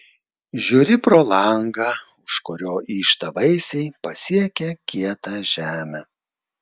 žiūri pro langą už kurio yžta vaisiai pasiekę kietą žemę